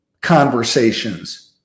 conversations